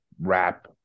rap